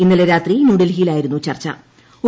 ഇന്നലെ രാത്രി ന്യൂഡൽഹിയിലായിരുന്നു ചർച്ചു